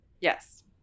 Yes